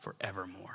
forevermore